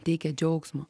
teikia džiaugsmo